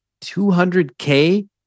200K